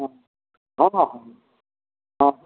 हँ हँ हँ हँ